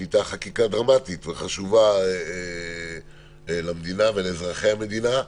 שהייתה חקיקה דרמטית וחשובה למדינה ולאזרחי המדינה.